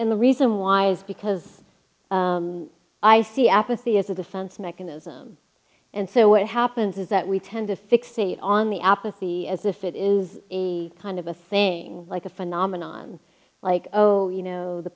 and the reason why is because i see apathy as a sense mechanism and so what happens is that we tend to fixate on the apathy as if it is a kind of a thing like a phenomenon like oh you know the